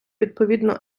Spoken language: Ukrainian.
відповідну